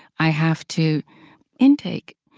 i have to intake.